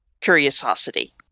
curiosity